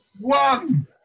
one